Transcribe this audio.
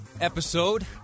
episode